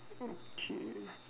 okay